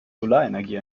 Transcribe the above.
solarenergie